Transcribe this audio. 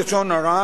זולת הנפגע,